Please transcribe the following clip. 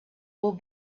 will